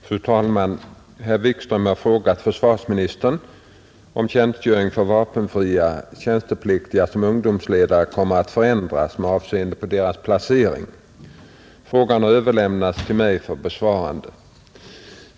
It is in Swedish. Fru talman! Herr Wikström har frågat försvarsministern om tjänstgöringen för vapenfria tjänstepliktiga som ungdomsledare kommer att förändras med avseende på deras placering. Frågan har överlämnats till mig för besvarande.